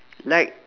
like